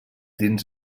dins